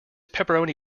pepperoni